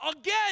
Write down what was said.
again